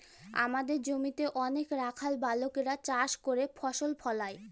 আমাদের জমিতে অনেক রাখাল বালকেরা চাষ করে ফসল ফলায়